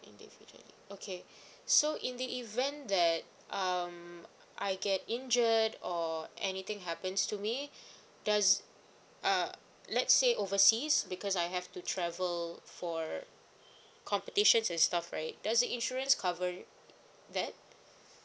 individually okay so in the event that um I get injured or anything happens to me does uh let's say overseas because I have to travel for competitions and stuff right does the insurance cover that